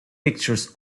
pictures